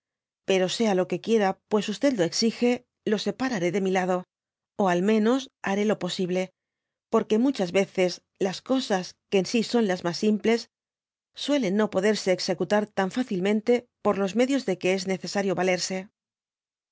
pero sea lo que quiera pues lo exige lo separaré de mi lado ó á lo m nos haré lo posible por que muchas veces las cosas que en si son las mas simples suelen no poderse executflfr tan fácilmente por los medios de que es necesario valerse